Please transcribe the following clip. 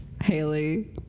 Haley